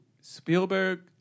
Spielberg